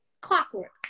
clockwork